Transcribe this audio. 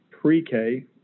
pre-K